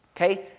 Okay